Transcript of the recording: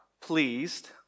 pleased